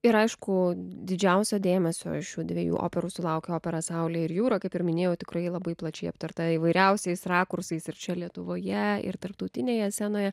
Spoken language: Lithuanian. ir aišku didžiausio dėmesio iš šių dviejų operų sulaukė opera saulė ir jūra kaip ir minėjau tikrai labai plačiai aptarta įvairiausiais rakursais ir čia lietuvoje ir tarptautinėje scenoje